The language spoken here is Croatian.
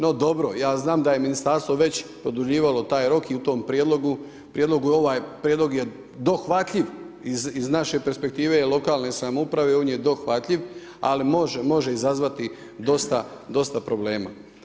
No, dobro ja znam da je Ministarstvo već produljivalo taj rok i u tom prijedlogu je ovaj prijedlog je dohvatljiv iz naše perspektive lokalne samouprave on je dohvatljiv, ali može izazvati dosta problema.